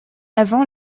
avant